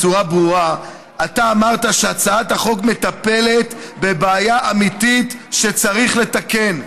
אתה אמרת בצורה ברורה שהצעת החוק מטפלת בבעיה אמיתית שצריך לתקן,